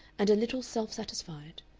and a little self-satisfied.